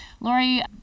Lori